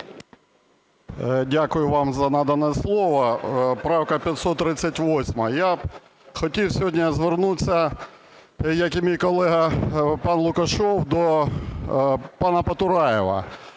Дякую вам за надане слово. Правка 538. Я хотів сьогодні звернутися, як і мій колега пан Лукашев, до пана Потураєва.